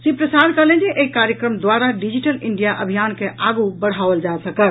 श्री प्रसाद कहलनि जे एहि कार्यक्रम द्वारा डिजिटल इंडिया अभियान क आगू बढ़ाओल जा सकत